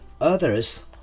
others